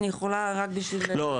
לא,